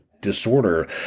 disorder